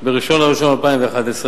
היתה צפויה ב-1 בינואר 2011,